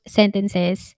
sentences